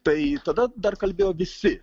tai tada dar kalbėjo visi